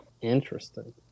Interesting